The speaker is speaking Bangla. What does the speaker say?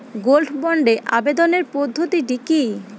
গোল্ড বন্ডে আবেদনের পদ্ধতিটি কি?